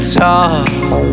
talk